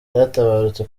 yaratabarutse